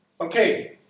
Okay